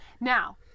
Now